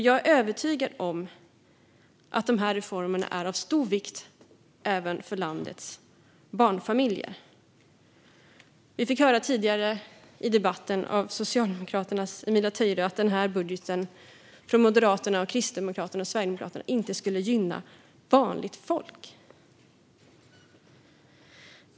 Jag är övertygad om att de här reformerna är av stor vikt även för landets barnfamiljer. Vi fick höra tidigare i debatten av Socialdemokraternas Emilia Töyrä att budgeten från Moderaterna, Kristdemokraterna och Sverigedemokraterna inte skulle gynna vanligt folk.